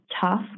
tough